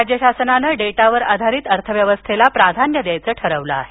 राज्यशासनाने डेटावर आधारित अर्थव्यवस्थेला प्राधान्य द्यायचं ठरवलं आहे